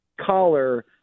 Collar